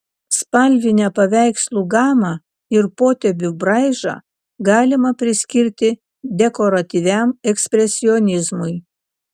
spalvinę paveikslų gamą ir potėpių braižą galima priskirti dekoratyviam ekspresionizmui